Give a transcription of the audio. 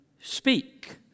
speak